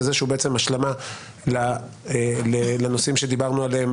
זה שהוא בעצם השלמה לנושאים שדיברנו עליהם,